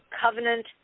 Covenant